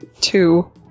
two